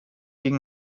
ging